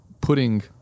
putting